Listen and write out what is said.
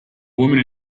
woman